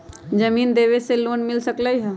जमीन देवे से लोन मिल सकलइ ह?